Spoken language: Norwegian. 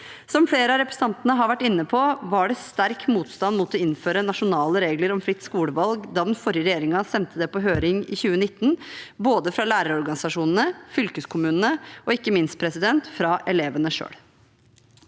Som flere av representantene har vært inne på, var det sterk motstand mot å innføre nasjonale regler om fritt skolevalg da den forrige regjeringen sendte det på høring i 2019, både fra lærerorganisasjonene, fylkeskommunene og ikke minst fra elevene selv.